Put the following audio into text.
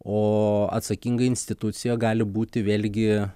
o atsakinga institucija gali būti vėlgi